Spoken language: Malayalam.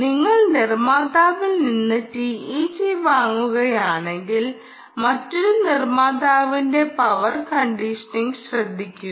നിങ്ങൾ നിർമ്മാതാവിൽ നിന്ന് TEG വാങ്ങുകയാണെങ്കിൽ മറ്റൊരു നിർമ്മാതാവിന്റെ പവർ കണ്ടീഷനിംഗ് ശ്രദ്ധിക്കുക